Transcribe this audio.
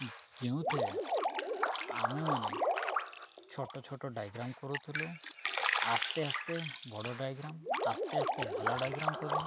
ଯେଉଁଥିରେ ଆମେମାନେ ଛୋଟ ଛୋଟ ଡ଼ାଇଗ୍ରାମ୍ କରୁଥିଲୁ ଆସ୍ତେ ଆସ୍ତେ ବଡ଼ ଡ଼ାଇଗ୍ରାମ୍ ଆସ୍ତେ ଆସ୍ତେ ଭଲ ଡ଼ାଇଗ୍ରାମ୍ କଲୁ